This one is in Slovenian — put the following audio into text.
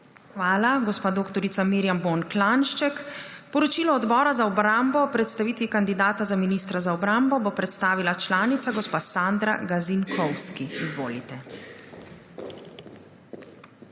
Hvala, dr. Mirjam Bon Klanjšček. Poročilo Odbora za obrambo o predstavitvi kandidata za ministra za obrambo bo predstavila članica gospa Sandra Gazinkovski. Izvolite.